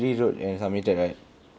he wrote and submitted right